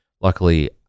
luckily